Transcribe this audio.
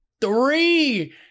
three